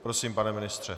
Prosím, pane ministře.